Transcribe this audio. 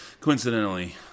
Coincidentally